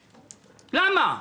למה?